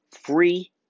free